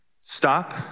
Stop